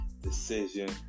decision